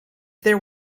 there